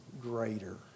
greater